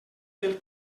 del